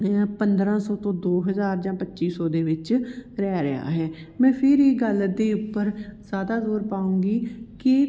ਪੰਦਰਾਂ ਸੌ ਤੋਂ ਦੋ ਹਜ਼ਾਰ ਜਾਂ ਪੱਚੀ ਸੌ ਦੇ ਵਿੱਚ ਰਹਿ ਰਿਹਾ ਹੈ ਮੈਂ ਫਿਰ ਇਹ ਗੱਲ ਦੇ ਉੱਪਰ ਜ਼ਿਆਦਾ ਜ਼ੋਰ ਪਾਉਂਗੀ ਕਿ